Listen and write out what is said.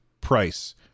price